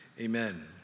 amen